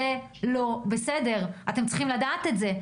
זה לא בסדר, אתם צריכים לדעת את זה.